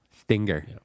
Stinger